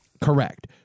Correct